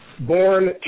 Born